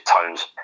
tones